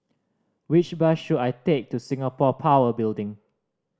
which bus should I take to Singapore Power Building